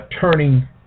turning